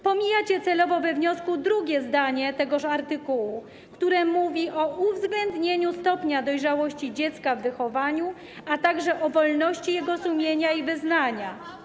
Pomijacie celowo we wniosku drugie zdanie tegoż artykułu, które mówi o uwzględnieniu stopnia dojrzałości dziecka w wychowaniu, a także o wolności jego sumienia i wyznania.